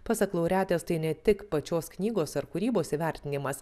pasak laureatės tai ne tik pačios knygos ar kūrybos įvertinimas